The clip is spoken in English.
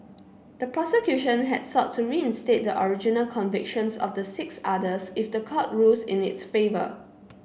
the prosecution had sought to reinstate the original convictions of the six others if the court rules in its favour